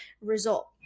result